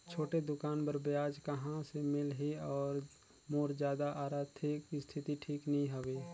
छोटे दुकान बर ब्याज कहा से मिल ही और मोर जादा आरथिक स्थिति ठीक नी हवे?